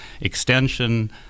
extension